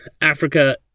Africa